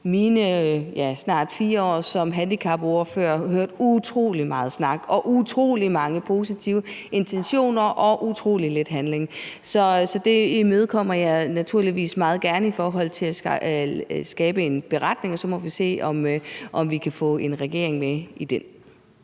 mine snart 4 år som handicapordfører hørt utrolig meget snak og mødt utrolig mange positive intentioner, men utrolig lidt handling, så jeg imødekommer naturligvis meget gerne det med at lave en beretning, og så må vi se, om vi kan få regeringen med i den.